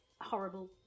horrible